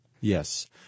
Yes